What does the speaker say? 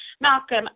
Malcolm